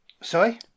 sorry